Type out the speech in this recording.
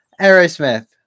aerosmith